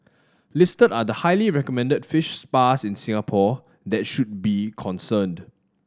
listed are the highly recommended fish spas in Singapore that should be concerned